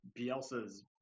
Bielsa's